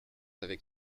avec